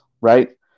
right